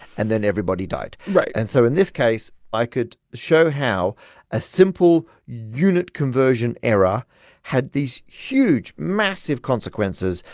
and then everybody died right and so in this case, i could show how a simple unit conversion error had these huge, massive consequences,